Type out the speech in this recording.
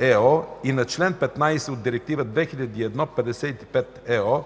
и на чл. 15 от Директива 2001/55/ЕО.